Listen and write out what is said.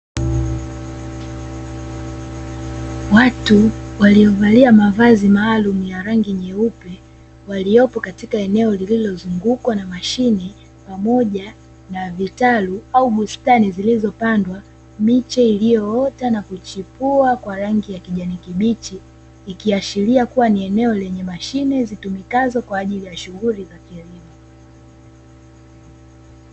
Watu waliovalia mavazi maalumu ya rangi nyeupe, waliopo katika eneo lililozungukwa na mashine pamoja na vitalu au bustani zilizopandwa miche iliyoota na kuchipua kwa rangi ya kijani kibichi. Ikiashiria kuwa ni eneo lenye mashine zitumikazo kwa ajili ya shughuli za kilimo.